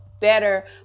better